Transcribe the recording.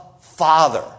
Father